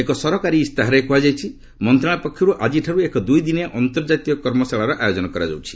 ଏକ ସରକାରୀ ଇସ୍ତାହାରରେ କୃହାଯାଇଛି ମନ୍ତ୍ରଣାଳୟ ପକ୍ଷରୁ ଆକିଠାରୁ ଏକ ଦୁଇଦିନିଆ ଅନ୍ତର୍ଜାତୀୟ କର୍ମଶାଳାର ଆୟୋଜନ କରାଯାଇଛି